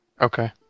Okay